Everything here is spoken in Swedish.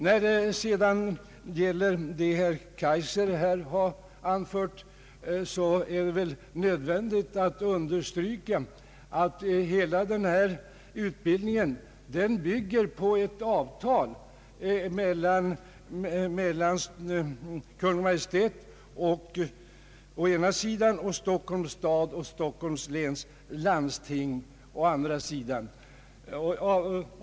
När det sedan gäller det som herr Kaijser här har anfört är det väl nödvändigt att understryka att hela denna utbildning bygger på ett avtal mellan Kungl. Maj:t å ena sidan och Stockholms stad och Stockholms läns landsting å andra sidan.